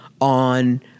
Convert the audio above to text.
on